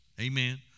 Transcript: Amen